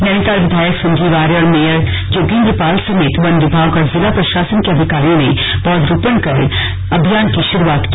नैनीताल विधायक संजीव आर्य और मेयर जोगेंद्र पाल समेत वन विभाग और जिला प्रशासन के अधिकारियों ने पौधरोपण कर अभियान की शुरुआत की